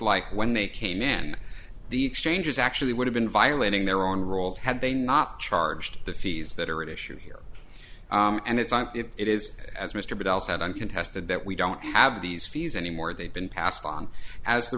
like when they came in the exchanges actually would have been violating their own rules had they not charged the fees that are at issue here and it's and it is as mr bell said uncontested that we don't have these fees anymore they've been passed on as the